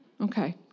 Okay